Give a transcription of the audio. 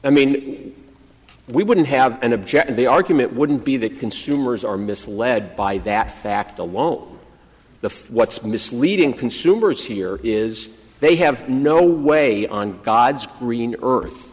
i mean we wouldn't have an object in the argument wouldn't be that consumers are misled by that fact alone the what's misleading consumers here is they have no way on god's green earth